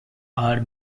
are